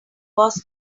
was